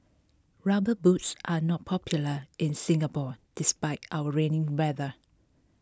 rubber boots are not popular in Singapore despite our rainy weather